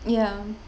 ya